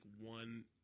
one